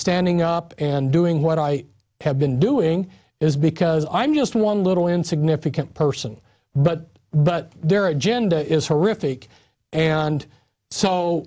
standing up and doing what i have been doing is because i'm just one little and significant person but but their agenda is horrific and so